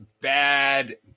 bad